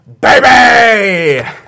baby